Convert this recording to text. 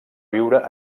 viure